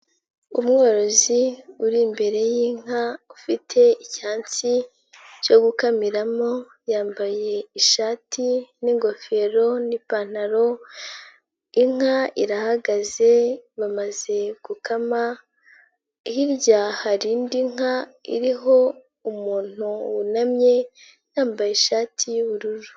Umworozi uri imbere y'inka ufite icyatsi cyo gukamiramo, yambaye ishati n'ingofero n'ipantaro, inka irahagaze bamaze gukama, hirya hari indi nka iriho umuntu wunamye yambaye ishati y'ubururu.